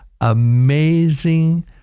Amazing